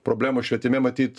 problemų švietime matyt